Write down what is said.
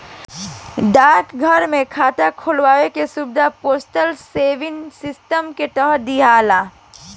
डाकघर में बचत खाता खोले के सुविधा पोस्टल सेविंग सिस्टम के तहत दियाला